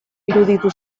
iruditu